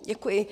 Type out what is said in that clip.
Děkuji.